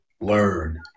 learn